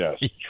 yes